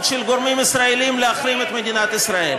של גורמים ישראליים להחרים את מדינת ישראל?